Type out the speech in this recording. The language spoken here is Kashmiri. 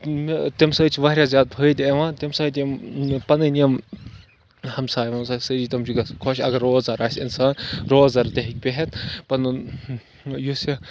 تَمہِ سۭتۍ چھِ واریاہ زیادٕ فٲہدٕ یِوان تَمہِ سۭتۍ یِم پَنٕنۍ یِم ہَمساے وَمساے سٲری تِم چھِ گژھان خۄش اَگر روزدَر آسہِ اِنسان روزدَر تہِ ہیٚکہِ بِہِتھ پَنُن یُس یہِ